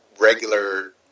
regular